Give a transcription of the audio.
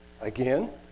again